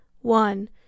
one